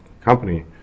company